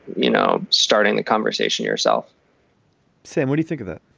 you know, starting the conversation yourself sam, when you think of that